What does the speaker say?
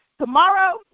Tomorrow